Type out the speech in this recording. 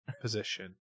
position